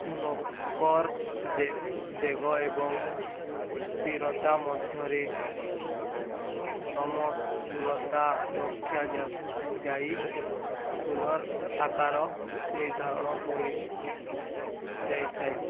ନୌକର୍ ବେଗ ଏବଂ ସ୍ଥିରତା ମଧ୍ୟରେ ସମତୁଲତା ରକ୍ଷା ଯା ଯାଇ ହୁଲ୍ର ଆକାର ନିର୍ଦ୍ଧାରଣ କରିଯାଇଥାଏ